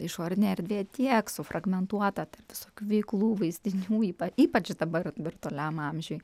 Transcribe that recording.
išorinė erdvė tiek sufragmentuota ten visokių veiklų vaizdinių ypa ypač dabar virtualiam amžiuj